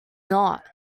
not